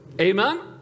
Amen